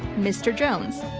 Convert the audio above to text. mr. jones.